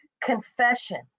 confession